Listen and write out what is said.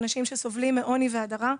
אנשים שסובלים מעוני והדרה.